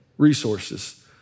resources